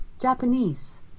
Japanese